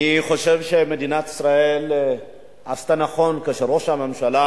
אני חושב שמדינת ישראל עשתה נכון כאשר ראש הממשלה